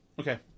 Okay